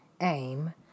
aim